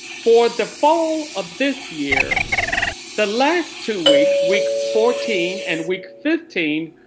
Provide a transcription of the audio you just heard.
for the fall of this year the last two weeks, week fourteen and week fifteen,